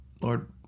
Lord